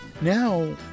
Now